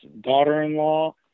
daughter-in-law